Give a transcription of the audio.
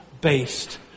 based